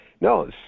No